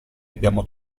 abbiamo